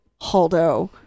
Haldo